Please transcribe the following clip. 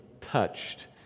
touched